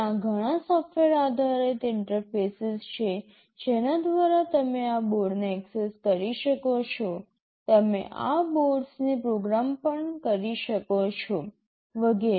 ત્યાં ઘણાં સોફ્ટવેર આધારિત ઇન્ટરફેસીસ છે જેના દ્વારા તમે આ બોર્ડને ઍક્સેસ કરી શકો છો તમે આ બોર્ડ્સને પ્રોગ્રામ પણ કરી શકો છો વગેરે